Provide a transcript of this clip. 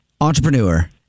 entrepreneur